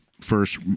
first